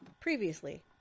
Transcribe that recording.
Previously